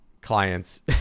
clients